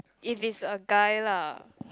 if is a guy lah